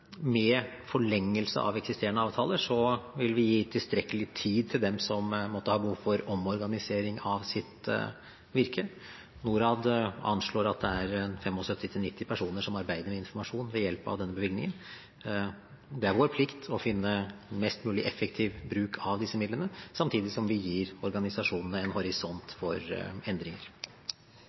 Med forlengelse av eksisterende avtaler vil vi gi tilstrekkelig tid til dem som måtte ha behov for omorganisering av sitt virke. Norad anslår at det er 75–90 personer som arbeider med informasjon ved hjelp av denne bevilgningen. Det er vår plikt å finne mest mulig effektiv bruk av disse midlene, samtidig som vi gir organisasjonene en horisont for endringer.